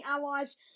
Allies